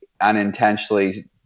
unintentionally